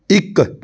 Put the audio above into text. ਇੱਕ